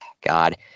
God